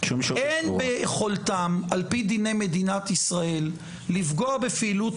אין ביכולתם על פי דיני מדינת ישראל לפגוע בפעילות